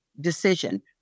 decision